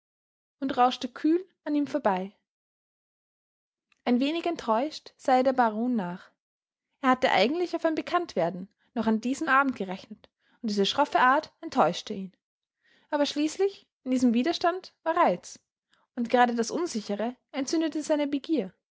und rauschte kühl an ihm vorbei ein wenig enttäuscht sah ihr der baron nach er hatte eigentlich auf ein bekanntwerden noch an diesem abend gerechnet und diese schroffe art enttäuschte ihn aber schließlich in diesem widerstand war reiz und gerade das unsichere entzündete seine begier